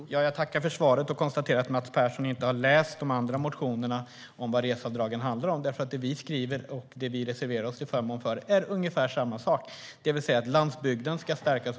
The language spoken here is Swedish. Herr talman! Jag tackar för svaret och konstaterar att Mats Persson inte har läst de andra motionerna som handlar om reseavdragen. Det vi skriver och reserverar oss till förmån för är ungefär samma sak. Landsbygden ska stärkas.